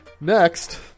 next